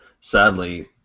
sadly